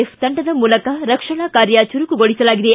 of ತಂಡದ ಮೂಲಕ ರಕ್ಷಣಾ ಕಾರ್ಯ ಚುರುಕುಗೊಳಿಸಲಾಗಿದೆ